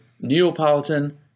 Neapolitan